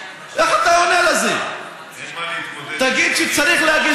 שלא נתעורר מאוחר מדי ונבין שמאות אלפי תושבים חסרי מקלט והגנה.